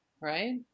right